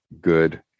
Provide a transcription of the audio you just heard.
good